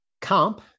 Comp